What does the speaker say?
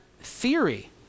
theory